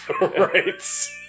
Right